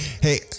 hey